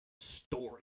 story